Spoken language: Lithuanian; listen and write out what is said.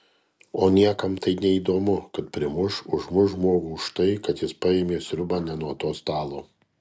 o niekam tai neįdomu kad primuš užmuš žmogų už tai kad jis paėmė sriubą ne nuo to stalo